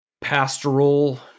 pastoral